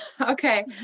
Okay